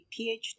phd